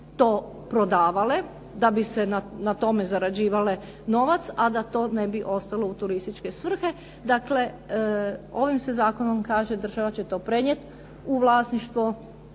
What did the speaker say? to prodavale, da bi se na tome zarađivao novac, a da to ne bi ostalo u turističke svrhe, dakle ovim se zakonom kaže država će to prenijet u vlasništvo